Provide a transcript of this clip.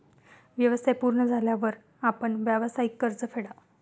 व्यवसाय पूर्ण झाल्यावर आपण व्यावसायिक कर्ज फेडा